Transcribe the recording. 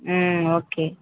ம் ஓகே